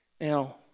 Now